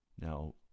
Now